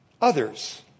others